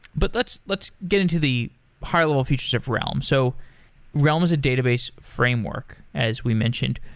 but let's let's get into the high-level features of realm. so realm is a database framework as we mentioned.